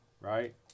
right